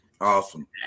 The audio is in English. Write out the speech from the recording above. Awesome